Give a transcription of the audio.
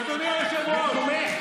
אדוני היושב-ראש,